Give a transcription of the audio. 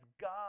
God